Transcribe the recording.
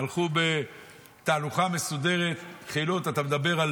הלכו בתהלוכה מסודרת, חילות, אתה מדבר על